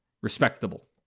respectable